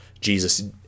Jesus